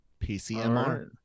pcmr